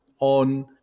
on